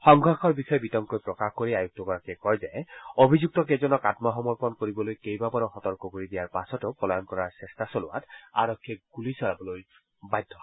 সংঘৰ্ষৰ বিষয়ে বিতংকৈ প্ৰকাশ কৰি আয়ুক্তগৰাকীয়ে কয় যে অভিযুক্তকেইজনক আম্মসমৰ্পণ কৰিবলৈ কেইবাৰো সতৰ্ক কৰি দিয়াৰ পাছতো পলায়ণ কৰাৰ চেষ্টা চলোৱাত আৰক্ষীয়ে গুলী চলাবলৈ বাধ্য হয়